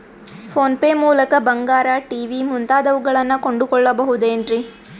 Phone pay ಮೂಲಕ ಬಂಗಾರ, TV ಮುಂತಾದವುಗಳನ್ನ ಕೊಂಡು ಕೊಳ್ಳಬಹುದೇನ್ರಿ?